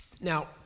Now